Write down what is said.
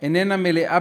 איננה מלאה,